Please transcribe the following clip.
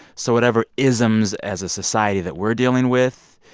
so whatever isms as a society that we're dealing with,